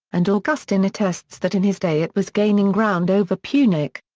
and augustine attests that in his day it was gaining ground over punic.